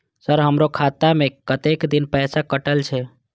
Sir हमारो खाता में कतेक दिन पैसा कटल छे?